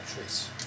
choice